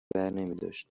برنمیداشتن